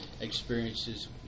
experiences